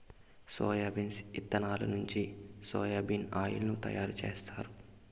soybeans ఇత్తనాల నుంచి soya bean oil ను తయారు జేత్తారు